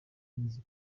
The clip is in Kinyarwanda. nzi